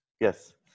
Yes